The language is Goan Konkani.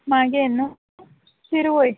मागें न्हय शिरवय